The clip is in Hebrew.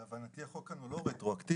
להבנתי החוק כאן הוא לא רטרואקטיבי.